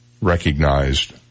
recognized